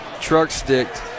truck-sticked